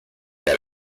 that